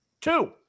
Two